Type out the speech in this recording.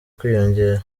kwiyongera